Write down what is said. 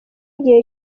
gihe